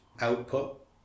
output